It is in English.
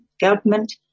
government